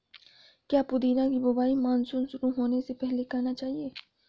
क्या पुदीना की बुवाई मानसून शुरू होने से पहले करना चाहिए?